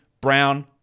Brown